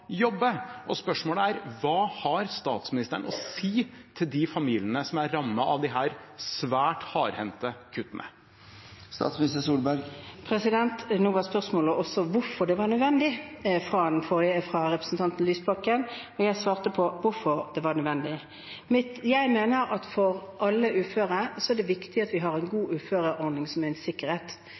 jobbe. Spørsmålet er: Hva har statsministeren å si til de familiene som er rammet av disse svært hardhendte kuttene? Nå var spørsmålet også hvorfor det var nødvendig, fra representanten Lysbakken – og jeg svarte på hvorfor det var nødvendig. Jeg mener at for alle uføre er det viktig at vi har en god uføreordning som en sikkerhet.